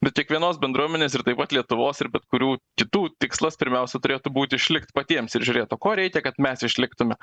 bet kiekvienos bendruomenės ir taip pat lietuvos ir bet kurių kitų tikslas pirmiausia turėtų būt išlikt patiems ir žiūrėt o ko reikia kad mes išliktume